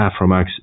AFROMAX